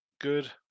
Good